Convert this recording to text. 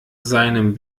seinem